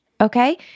okay